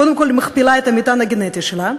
קודם כול היא מכפילה את המטען הגנטי שלה,